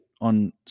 on